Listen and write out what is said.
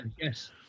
Yes